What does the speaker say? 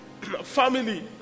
family